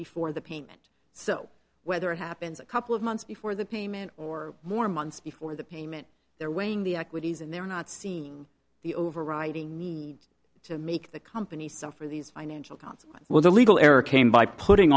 before the payment so whether it happens a couple of months before the payment or more months before the payment they're weighing the equities and they're not seeing the overriding need to make the company suffer these financial consequence while the legal error came by putting